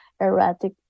erratic